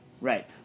Right